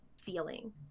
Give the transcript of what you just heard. feeling